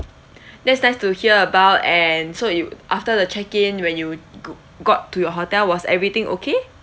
that's nice to hear about and so you after the check-in when you go got to your hotel was everything okay